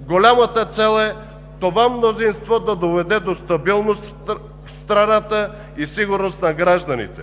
Голямата цел е това мнозинство да доведе до стабилност в страната и сигурност на гражданите.